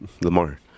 Lamar